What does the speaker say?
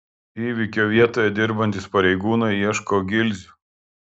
įvykio vietoje dirbantys pareigūnai ieško gilzių